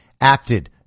acted